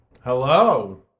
Hello